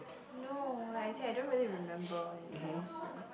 no like as in I don't really remember anymore so